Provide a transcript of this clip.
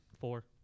Four